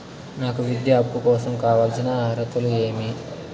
నాకు విద్యా అప్పు కోసం కావాల్సిన అర్హతలు ఏమి?